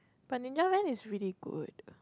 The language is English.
but Ninja Van is really good